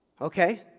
Okay